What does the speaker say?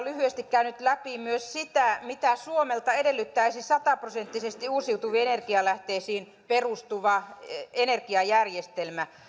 lyhyesti käynyt läpi myös sitä mitä suomelta edellyttäisi sata prosenttisesti uusiutuviin energialähteisiin perustuva energiajärjestelmä